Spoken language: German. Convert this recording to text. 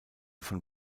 von